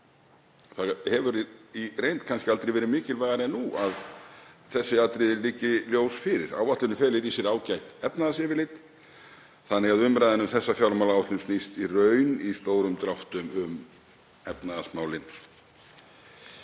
Þó hefur í reynd kannski aldrei verið mikilvægara en nú að þessi atriði liggi ljós fyrir. Áætlunin felur í sér ágætt efnahagsyfirlit þannig að umræðan um þessa fjármálaáætlun snýst í raun í stórum dráttum um efnahagsmálin,